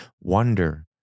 wonder